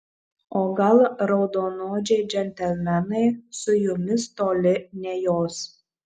o gal raudonodžiai džentelmenai su jumis toli nejos